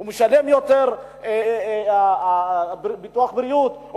הוא משלם יותר ביטוח בריאות,